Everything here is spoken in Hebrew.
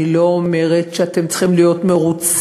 אני לא אומרת שאתם צריכים להיות מרוצים.